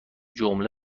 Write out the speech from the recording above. جمله